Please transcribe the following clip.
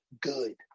Good